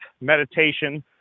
meditation